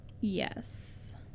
Yes